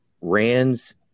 Rand's